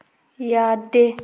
ꯌꯥꯗꯦ